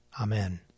Amen